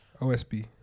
OSB